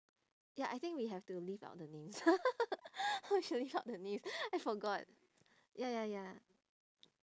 ya I think we have to leave out the names have to leave out the name I forgot ya ya ya